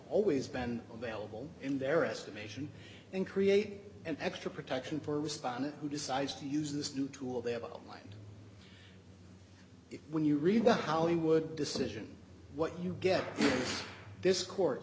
always been available in their estimation and create an extra protection for respondent who decides to use this new tool they have all mine if when you read the hollywood decision what you get this court